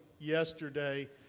yesterday